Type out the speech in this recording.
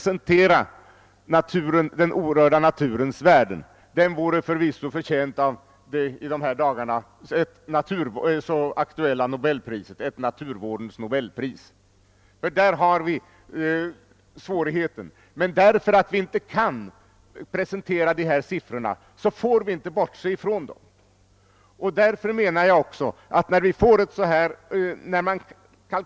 Och enligt lagen om alltings inneboende besvärlighet — jag uttrycker mig så är det naturligtvis det värdefullaste vi tar bort. Det är detta som är bedrövligt, men det är tyvärr ett faktum. Därför kan vi inte utan vidare göra en arealmässig bedömning av det hela.